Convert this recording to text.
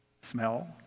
smell